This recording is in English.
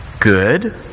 good